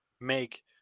make